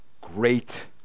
great